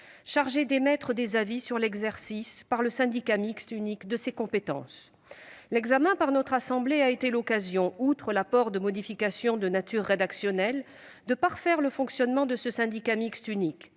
chargée d'émettre des avis sur l'exercice par le syndicat mixte unique de ses compétences. L'examen par notre assemblée a été l'occasion, outre l'apport de modifications de nature rédactionnelle, de parfaire le fonctionnement de ce syndicat mixte unique.